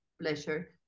pleasure